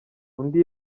undi